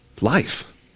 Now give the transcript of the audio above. life